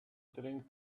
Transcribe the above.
drink